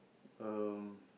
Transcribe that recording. um